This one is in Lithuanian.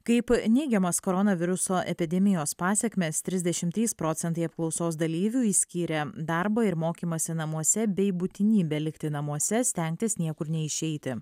kaip neigiamas koronaviruso epidemijos pasekmes trisdešim trys procentai apklausos dalyvių išskyrė darbo ir mokymąsi namuose bei būtinybę likti namuose stengtis niekur neišeiti